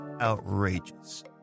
outrageous